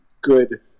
good